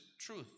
truth